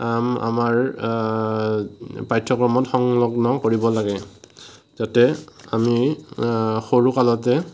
আমাৰ পাঠ্যক্ৰমত সংলগ্ন কৰিব লাগে যাতে আমি সৰুকালতে